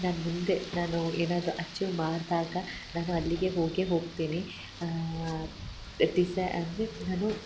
ನಾನು ಮುಂದೆ ನಾನು ಏನಾದರು ಅಚೀವ್ ಮಾಡ್ದಾಗ ನಾನು ಅಲ್ಲಿಗೆ ಹೋಗೇ ಹೋಗ್ತೇನೆ ಪ್ರತಿಸಾ ಅಂದರೆ ನಾನು